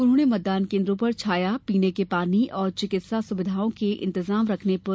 उन्होंने मतदान केन्द्रों पर छाया पीने के पानी और चिकित्सा सुविधाओं का इंतजाम रखने पर जोर दिया